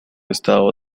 estado